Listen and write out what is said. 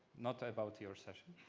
not about your session.